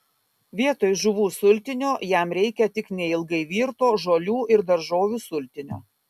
vietoj žuvų sultinio jam reikia tik neilgai virto žolių ir daržovių sultinio